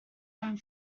home